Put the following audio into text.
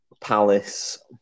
Palace